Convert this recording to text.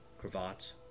cravat